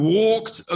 walked